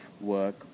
work